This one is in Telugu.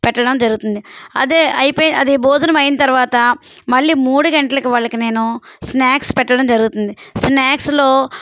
పెట్టడం జరుగుతుంది అదే అయిపోయి అది భోజనం అయిన తర్వాత మళ్ళీ మూడు గంట్లకి వాళ్ళకి నేను స్నాక్స్ పెట్టడం జరుగుతుంది స్నాక్స్లో